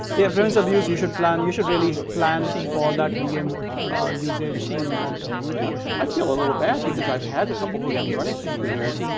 yeah it prevents abuse. you should plan. you should really plan for that vm usage in long term. yeah i feel a little bad because i've had a couple of vms running for three years.